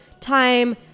time